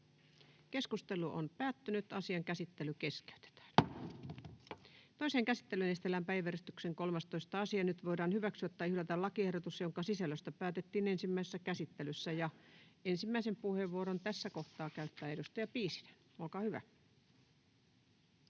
koskevaksi lainsäädännöksi Time: N/A Content: Toiseen käsittelyyn esitellään päiväjärjestyksen 13. asia. Nyt voidaan hyväksyä tai hylätä lakiehdotus, jonka sisällöstä päätettiin ensimmäisessä käsittelyssä. — Ensimmäisen puheenvuoron tässä kohtaa käyttää edustaja Piisinen, olkaa hyvä.